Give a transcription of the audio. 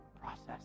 process